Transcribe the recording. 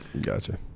Gotcha